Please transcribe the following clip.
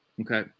Okay